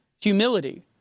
humility